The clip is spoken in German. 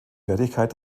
wertigkeit